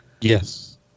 yes